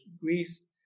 Greece